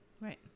Right